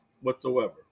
whatsoever